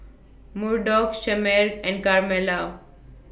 Murdock Shemar and Carmela